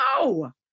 no